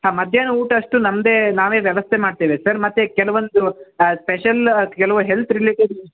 ಹಾಂ ಮಧ್ಯಾಹ್ನ ಊಟ ಅಷ್ಟು ನಮ್ಮದೇ ನಾವೇ ವ್ಯವಸ್ಥೆ ಮಾಡ್ತೇವೆ ಸರ್ ಮತ್ತೆ ಕೆಲವೊಂದು ಸ್ಪೆಷಲ್ ಅದು ಕೆಲವು ಹೆಲ್ತ್ ರಿಲೇಟೆಡ್